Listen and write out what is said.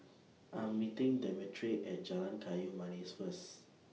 I'm meeting Demetric At Jalan Kayu Manis First